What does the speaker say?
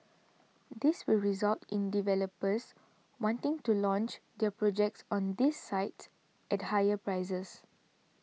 this will result in developers wanting to launch their projects on these sites at higher prices